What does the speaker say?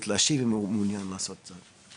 אם הוא מעוניין לעשות זאת.